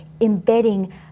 embedding